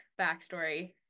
backstory